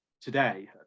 today